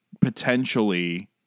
potentially